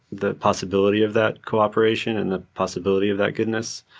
the possibility of that cooperation and the possibility of that goodness,